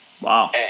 Wow